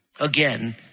again